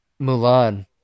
Mulan